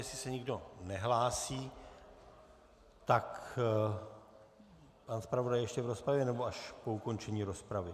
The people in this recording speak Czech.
Jestli se nikdo nehlásí, tak pan zpravodaj ještě v rozpravě, nebo po ukončení rozpravy?